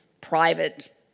private